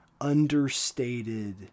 understated